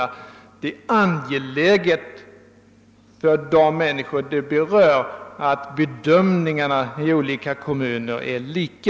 Det är angeläget för de människor det berör att bedömningen i olika kommuner är lika.